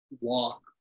walk